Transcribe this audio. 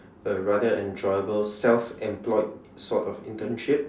a rather enjoyable self employed sort of internship